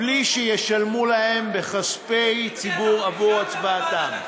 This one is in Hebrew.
בלי שישלמו להם בכספי ציבור בעבור הצבעתם.